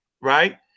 right